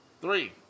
three